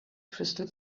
crystal